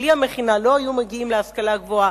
שבלי המכינה לא היו מגיעים להשכלה גבוהה,